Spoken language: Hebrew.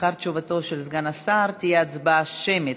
לאחר תשובתו של סגן השר תהיה הצבעה שמית